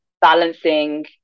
balancing